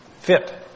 fit